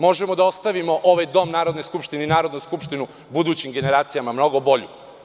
Možemo da ostavimo ovaj Dom Narodne skupštine i Narodnu skupštinu budućim generacijama mnogo bolju.